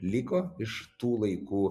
liko iš tų laikų